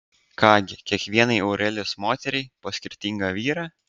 ką gi kiekvienai aurelijos moteriai po skirtingą vyrą